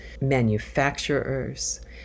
manufacturers